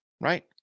right